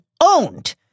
owned